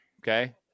Okay